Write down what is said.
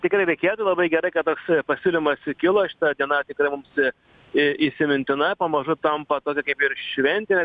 tikrai reikėtų labai gerai kad toks pasiūlymas kilo šita diena tikrai mums į įsimintina pamažu tampa tokia kaip ir šventė